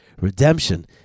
Redemption